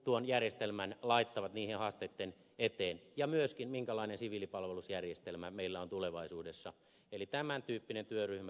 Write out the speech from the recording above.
tuon järjestelmän laittavat ja myöskin minkälainen siviilipalvelusjärjestelmä meillä on tulevaisuudessa eli tämän tyyppinen työryhmä